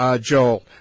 Joel